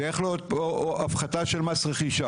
צריך להיות הפחתה של מס רכישה.